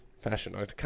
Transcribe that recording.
fashion